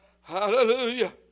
Hallelujah